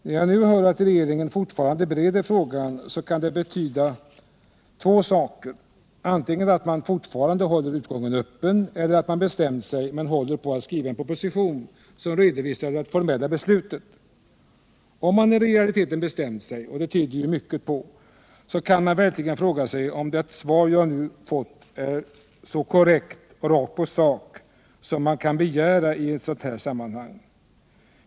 När jag nu hör att regeringen fortfarande bereder frågan kan det betyda två saker — antingen att man fortfarande håller utgången öppen eller att man bestämt sig men håller på att skriva en proposition som redovisar det formella beslutet. Om regeringen i realiteten bestämt sig — och det tyder ju mycket på — kan man verkligen fråga sig om det svar jag nu har fått är så korrekt och rakt på sak som man kan begära i ett sådant här sammanhang.